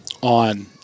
on